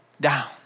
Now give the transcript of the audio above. down